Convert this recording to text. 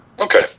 Okay